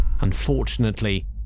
Unfortunately